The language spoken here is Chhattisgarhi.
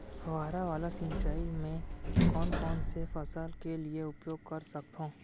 फवारा वाला सिंचाई मैं कोन कोन से फसल के लिए उपयोग कर सकथो?